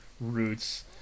roots